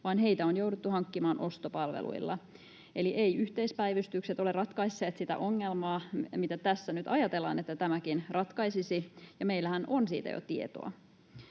vaan heitä on jouduttu hankkimaan ostopalveluilla. Eli eivät yhteispäivystykset ole ratkaisseet sitä ongelmaa, minkä tässä nyt ajatellaan niiden ratkaisevan. Ja meillähän on siitä jo tietoa.